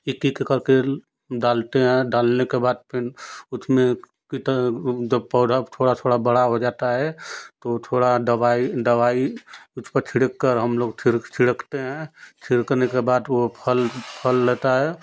एक एक करके डालते हैं डालने के बाद फिर उथमें कि त पौधा थोड़ा थोड़ा बड़ा हो जाता है तो थोड़ा दवाई दवाई उथ पर छिरिक कर हम लोग थिर छिरिकते हैं छिरिकने के बाद वो फल फल लेता है